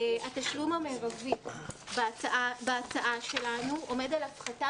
התשלום המרבי בהצעה שלנו עומד על הפחתה